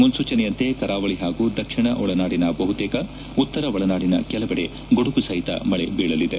ಮುನ್ನೂಚನೆಯಂತೆ ಕರಾವಳಿ ಹಾಗೂ ದಕ್ಷಿಣ ಒಳನಾಡಿನ ಬಹುತೇಕ ಉತ್ತರ ಒಳನಾಡಿನ ಕೆಲವೆಡೆ ಗುಡುಗು ಸಹಿತ ಮಳೆ ಬೀಳಲಿದೆ